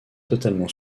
totalement